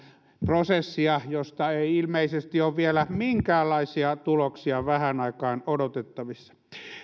prosessia josta ei ilmeisesti ole vielä minkäänlaisia tuloksia vähään aikaan odotettavissa